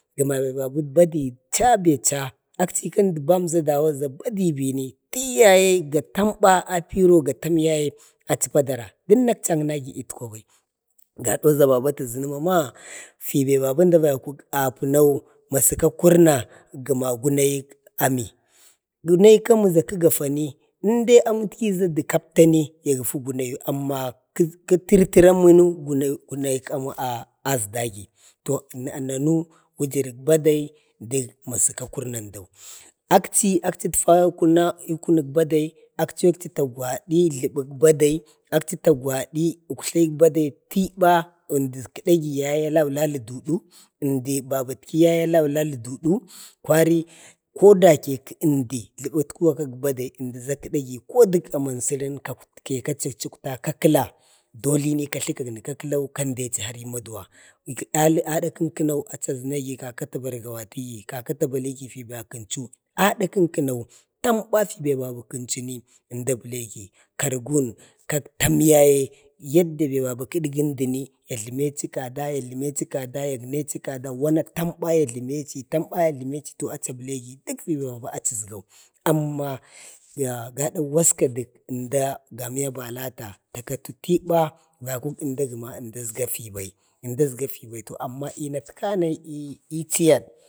kma be babi bidai chabicha akchika əmdi ban dajawo za badibini, iyaye ga tamba apiro gatam yaye achi padara. dəmma akchi agnagi ətkwaba. gadauza baba tazənama ibabu əmda vaiko apunau, masa kakurna gəna gunayik ami, gunayi kamiza kə gafani amətkiza də kaptani ya gafi gunayu amma kə tətərtəra amuni gunayi ami asdagi, to nanu wujuru badni də məsa kakurna dau, akchi akchi ədfa i kuna, i kunuk bade akchiya ta kwadi jləwuk badai, akchi ta gwadi uktlayik bade pidda, əmdi kəgiyayi ya laulali dudu. zmdi babatki yaye ya laulali dudu, kwari ko koki əmdi kədagi jlabangwa kak badai, əmdiza da kədəni ko dən awan sərən, kai kichi daktai kakəla dolini katli ka gəna ka kəlau kandichi har i maduwa. ali adəkənkəno achi a zənegi kaka ta barkawa təgi, kaka ta baligi fiba kənchau, ada kən kəno tamba achi babu kznchini əmda a bəlegi. kargun ko kak tam yaye. yadda babe kədgən dini ya jləmechi kada, ya jləmechi kada, da ya ganechi kada, wanak tamba yajləmechi to achi a bəlegi dək fe baba achi əsgau. amma ah gada waska də əmda balata ta kati tiba vaiko əmda gəma əmda əsga fibai. amma i natkanai i ichiyad